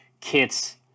kits